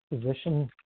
position